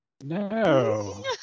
no